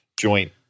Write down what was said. joint